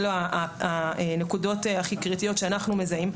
אלא הנקודות הכי קריטיות שאנחנו מזהים.